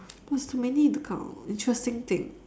but it's too many to count interesting thing